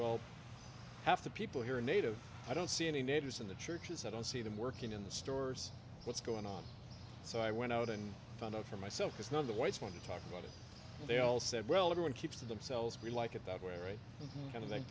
well half the people here are native i don't see any natives in the churches i don't see them working in the stores what's going on so i went out and found out for myself it's not the whites want to talk about it they all said well everyone keeps to themselves we like it that where it kind of like